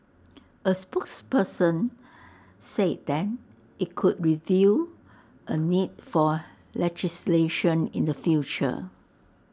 A spokesperson say then IT could review A need for legislation in the future